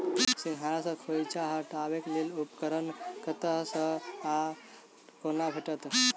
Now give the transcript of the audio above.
सिंघाड़ा सऽ खोइंचा हटेबाक लेल उपकरण कतह सऽ आ कोना भेटत?